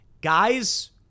Guys